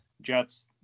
Jets